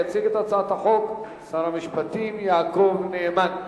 יציג את הצעת החוק שר המשפטים, יעקב נאמן.